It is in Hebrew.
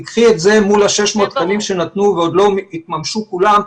תיקחי את זה מול ה-600 תקנים שנתנו ועוד לא התממשו כולם,